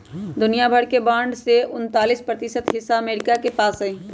दुनिया भर के बांड के उन्तालीस प्रतिशत हिस्सा अमरीका के पास हई